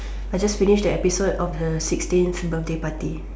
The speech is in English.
I just finished the episode of her sixteenth birthday party